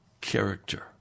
character